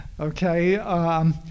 Okay